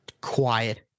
quiet